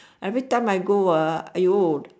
everytime I go ah !aiyo